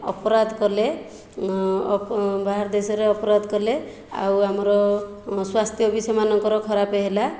ଅପରାଧ କଲେ ବାହାର ଦେଶରେ ଅପରାଧ କଲେ ଆଉ ଆମର ସ୍ୱାସ୍ଥ୍ୟ ବି ସେମାନଙ୍କର ଖରାପ ହେଲା